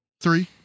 Three